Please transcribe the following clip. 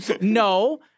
no